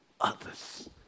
others